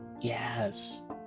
yes